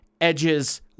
Edge's